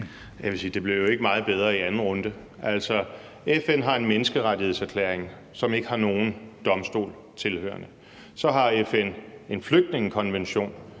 Det blev jo ikke meget bedre i anden runde. Altså, FN har en menneskerettighedserklæring, som ikke har nogen domstol tilhørende. Så har FN en flygtningekonvention,